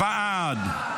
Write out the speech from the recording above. המועצה להשכלה גבוהה (תיקון,